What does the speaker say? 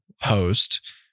host